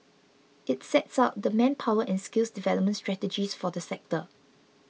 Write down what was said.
it sets out the manpower and skills development strategies for the sector